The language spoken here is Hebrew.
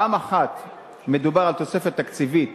פעם אחת מדובר בתוספת תקציבית